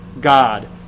God